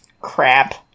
Crap